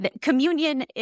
Communion